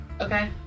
Okay